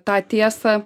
tą tiesą